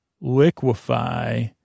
liquefy